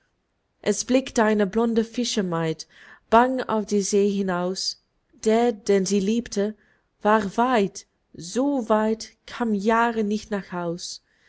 es blickt eine blonde fischermaid bang auf die see hinaus der den sie liebte war weit so weit kam jahre nicht nach haus